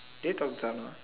did you talk to Janna